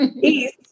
peace